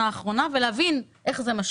אחרונה ורציתי להבין איך זה משפיע.